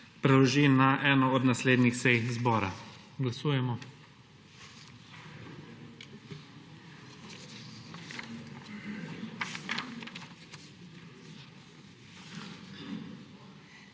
preloži na eno od naslednjih sej zbora. Ugotavljam,